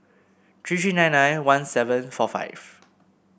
three three nine nine one seven four five